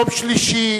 יום שלישי,